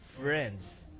friends